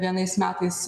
vienais metais